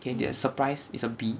okay surprise is A B